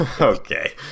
Okay